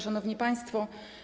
Szanowni Państwo!